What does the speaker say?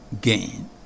gain